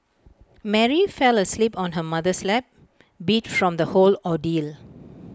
Mary fell asleep on her mother's lap beat from the whole ordeal